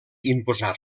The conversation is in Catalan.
imposar